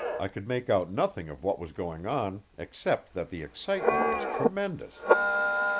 i could make out nothing of what was going on, except that the excitement was tremendous.